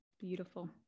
Beautiful